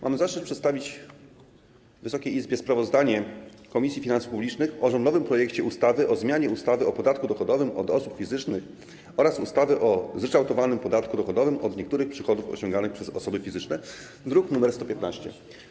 Mam zaszczyt przedstawić Wysokiej Izbie sprawozdanie Komisji Finansów Publicznych o rządowym projekcie ustawy o zmianie ustawy o podatku dochodowym od osób fizycznych oraz ustawy o zryczałtowanym podatku dochodowym od niektórych przychodów osiąganych przez osoby fizyczne, druk nr 115.